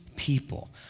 people